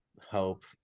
hope